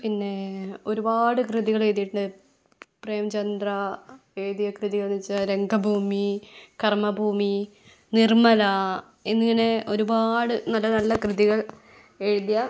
പിന്നെ ഒരുപാട് കൃതികൾ എഴുതിയിട്ടുണ്ട് പ്രേംചന്ദ്ര എഴുതിയ കൃതിയെന്നു വച്ചാൽ രംഗഭൂമി കർമ്മഭൂമി നിർമല എന്നിങ്ങനെ ഒരുപാട് നല്ല നല്ല കൃതികൾ എഴുതിയ